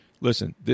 listen